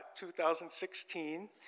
2016